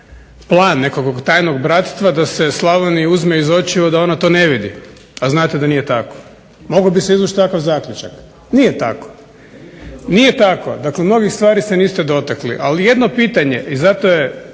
plan nekakvog tajnog bratstva da se Slavoniji uzme iz očiju, a da ona to ne vidi a znate da nije tako. Mogao bi se izvući takav zaključak. Nije tako. Dakle, mnogih stvari se niste dotakli. Ali jedno pitanje i zato je